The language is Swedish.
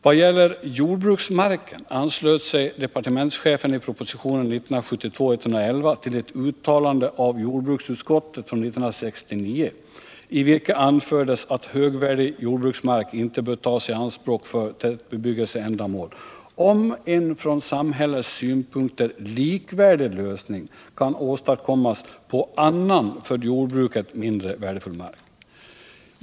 Vad gäller jordbruksmarken anslöt sig departementschefen i propositionen 1972:111 till ett uttalande av jordbruksutskottet från 1969, i vilket anfördes att högvärdig jordbruksmark inte bör tas i anspråk för tätbebyggelseändamål om en från samhällets synpunkter likvärdig lösning kan åstadkommas på annan för jordbruket mindre värdefull mark.